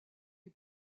est